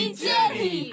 jenny